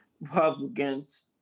Republicans